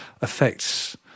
affects